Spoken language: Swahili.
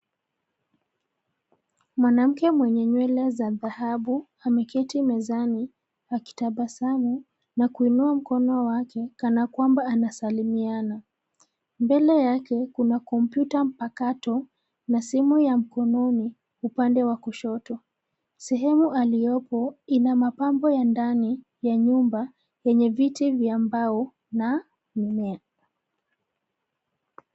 Mwanamke mwenye nywele za dhahabu, ameketi mezani akitabasamu na kuinua mkono wake kana kwamba anasalimiana. Mbele yake, kuna kompyuta mpakato na simu ya mkononi upande wa kushoto. Sehemu aliyopo ina mapambo ya ndani ya nyumba, yenye viti vya mbao na mimea.